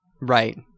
Right